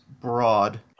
broad